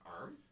arm